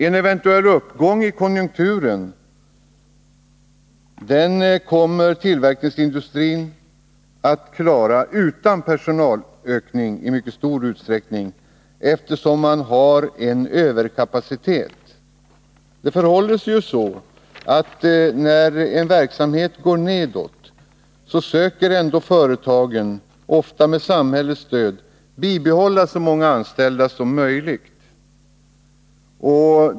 En eventuell uppgång i konjunkturen kommer tillverkningsindustrin i mycket stor utsträckning att klara utan personalökning, eftersom man har en överkapacitet. Det förhåller sig ju så, att när en verksamhet går nedåt, försöker ändå företagen — ofta med samhällets stöd — att behålla så många anställda som möjligt.